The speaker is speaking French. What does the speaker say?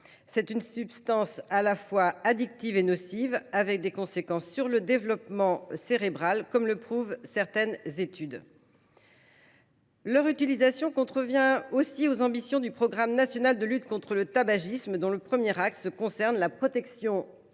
c’est une substance à la fois addictive et nocive, avec des conséquences sur le développement cérébral, comme le prouvent certaines études. L’utilisation de ces cigarettes contrevient également aux ambitions du programme national de lutte contre le tabac, dont le premier axe concerne la protection des jeunes